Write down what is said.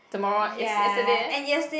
tomorrow what yes~ yesterday eh